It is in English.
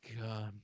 God